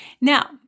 Now